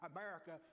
America